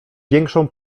większą